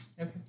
Okay